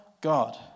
God